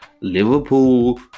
Liverpool